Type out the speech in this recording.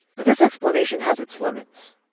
but this explanation has its limits.